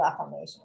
affirmation